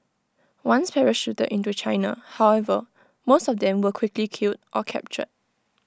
once parachuted into China however most of them were quickly killed or captured